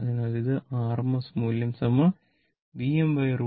അതിനാൽ ഇത് RMS മൂല്യം Vm√ 2